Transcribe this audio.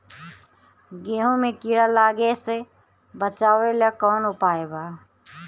गेहूँ मे कीड़ा लागे से बचावेला कौन उपाय बा?